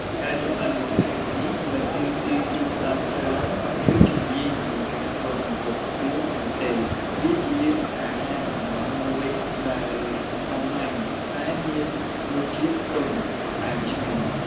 ការចម្អិនបង្អែមនេះមិនទាមទារគ្រឿងផ្សំច្រើន ឬជំនាញក្នុងការធ្វើម្ហូបខ្ពស់នោះទេ វាជាអាហារសម្រន់មួយដែលសាមញ្ញ តែមានរសជាតិទន់ផ្អែមឆ្ងាញ់។